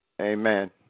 Amen